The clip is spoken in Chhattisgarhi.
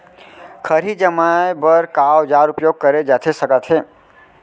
खरही जमाए बर का औजार उपयोग करे जाथे सकत हे?